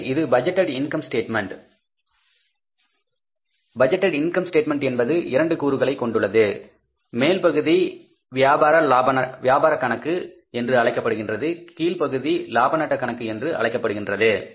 எனவே இது budgeted income statement budgeted income statement என்பது 2 கூறுகளை கொண்டுள்ளது மேல்பகுதி வியாபார கணக்கு என்று அழைக்கப்படுகின்றது கீழ்ப்பகுதி லாப நட்ட கணக்கு என்று அழைக்கப்படுகின்றது